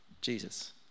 Jesus